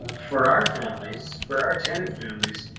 for our families for our tenant families.